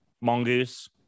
mongoose